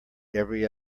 every